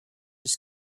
his